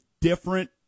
different